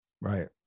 Right